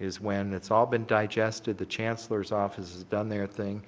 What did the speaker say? is when it's all been digested, the chancellors office has done their thing,